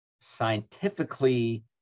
scientifically